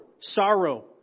Sorrow